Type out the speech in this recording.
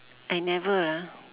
I never lah